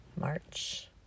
March